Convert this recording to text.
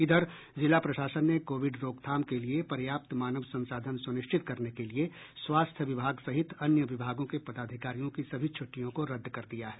इधर जिला प्रशासन ने कोविड रोकथाम के लिए पर्याप्त मानव संसाधन सुनिश्चित करने के लिए स्वास्थ्य विभाग सहित अन्य विभागों के पदाधिकारियों की सभी छ्टिटयों को रदद कर दिया है